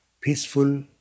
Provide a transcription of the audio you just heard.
peaceful